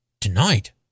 Tonight